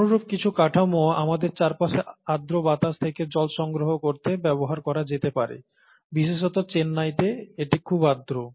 অনুরূপ কিছু কাঠামো আমাদের চারপাশে আর্দ্র বাতাস থেকে জল সংগ্রহ করতে ব্যবহার করা যেতে পারে বিশেষত চেন্নাইতে এটি খুব আর্দ্র